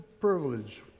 privilege